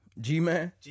G-Man